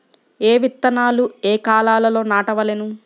ఏ విత్తనాలు ఏ కాలాలలో నాటవలెను?